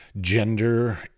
gender